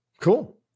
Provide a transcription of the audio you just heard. Cool